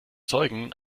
zeugen